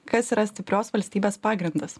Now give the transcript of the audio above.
kas yra stiprios valstybės pagrindas